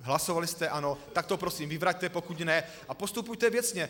Hlasovali jste, ano, tak to prosím vyvraťte, pokud ne, a postupujte věcně.